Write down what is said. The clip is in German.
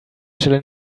stelle